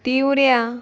तिवऱ्यां